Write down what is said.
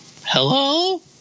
Hello